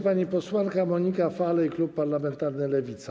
Pani posłanka Monika Falej, klub parlamentarny Lewica.